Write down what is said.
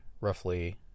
roughly